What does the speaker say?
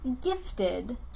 gifted